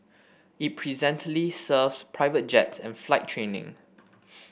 it presently serves private jets and flight training